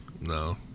No